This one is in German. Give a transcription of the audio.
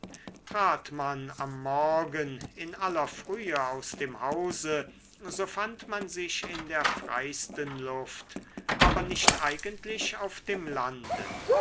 trat man am morgen in aller frühe aus dem hause so fand man sich in der freisten luft aber nicht eigentlich auf dem lande